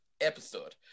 episode